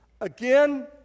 Again